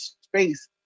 space